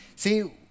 See